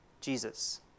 Jesus